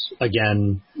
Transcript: again